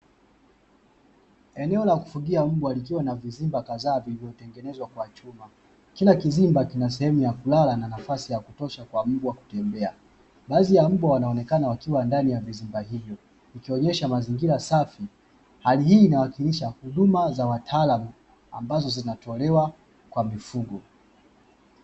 Eneo la kufugia mbwa likiwa na vizimba kadhaa vilivyotengenezwa kwa chuma kila kizimba kina sehemu ya kulala na nafasi ya kutosha kwa mbwa kutembea, baadhi ya mbwa wanaonekana wakitembea wakiwa ndani ya vizimba hivyo mazingira safi, hali hii inawakilisha huduma za wataalamu ambazo zinatolewa kwa mifugo.